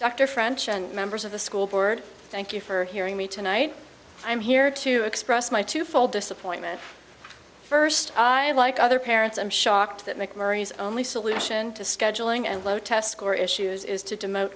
dr french and members of the school board thank you for hearing me tonight i'm here to express my twofold disappointment first i'd like other parents i'm shocked that make murray's only solution to scheduling and low test score issues is to demote